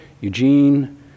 Eugene